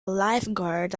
lifeguard